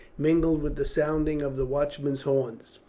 mingled with the sounding of the watchmen's horns.